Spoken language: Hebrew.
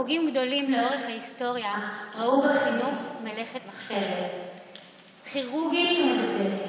הוגים גדולים לאורך ההיסטוריה ראו בחינוך מלאכת מחשבת כירורגית ומדוקדקת